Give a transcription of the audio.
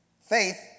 Faith